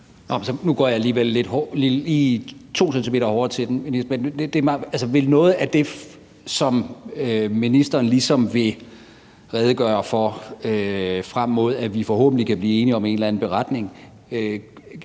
Nu går jeg lige 2 cm hårdere til den og spørger: Vil noget af det, som ministeren ligesom vil redegøre for frem mod, at vi forhåbentlig kan blive enige om en eller anden beretning,